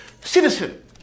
citizen